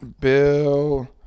Bill